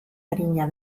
arina